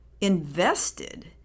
invested